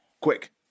Quick